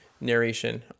narration